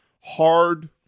Hard